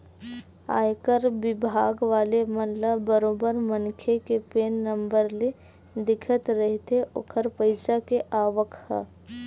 आयकर बिभाग वाले मन ल बरोबर मनखे के पेन नंबर ले दिखत रहिथे ओखर पइसा के आवक ह